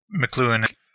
McLuhan